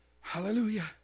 hallelujah